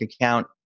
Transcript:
account